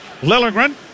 Lilligren